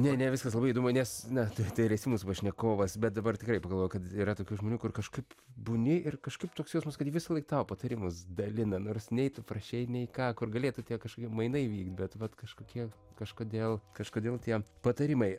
ne ne viskas labai įdomu nes na tu tu ir esi mūsų pašnekovas bet dabar tikrai pagalvojau kad yra tokių žmonių kur kažkaip būni ir kažkaip toks jausmas kad jie visąlaik tau patarimus dalina nors nei tu prašei nei ką kur galėtų tie kažkokie mainai vykt bet vat kažkokie kažkodėl kažkodėl tie patarimai